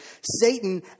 Satan